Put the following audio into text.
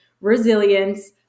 resilience